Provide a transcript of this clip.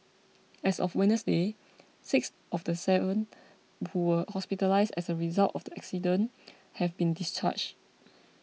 as of Wednesday six of the seven who were hospitalised as a result of the accident have been discharged